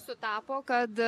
sutapo kad